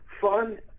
fun